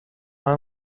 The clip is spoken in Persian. آهن